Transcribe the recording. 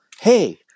Hey